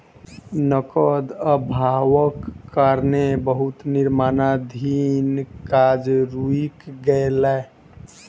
नकद अभावक कारणें बहुत निर्माणाधीन काज रुइक गेलै